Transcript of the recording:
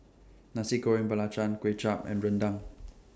Nasi Goreng Belacan Kuay Chap and Rendang